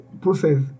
process